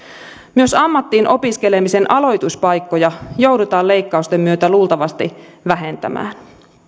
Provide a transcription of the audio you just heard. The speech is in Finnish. myös ammattiin opiskelemisen aloituspaikkoja joudutaan leikkausten myötä luultavasti vähentämään